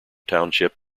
township